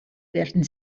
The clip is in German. werden